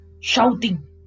shouting